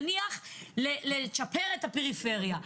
נניח לצ'פר את הפריפריה?